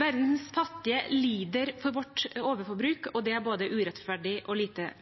Verdens fattige lider for vårt overforbruk. Det er både urettferdig og lite